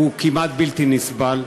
הוא כמעט בלתי נסבל.